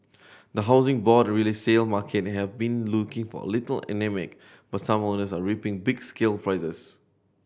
the Housing Board resale market have been looking for a little anaemic but some owners are reaping big sale prices